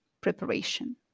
preparation